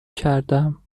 کردم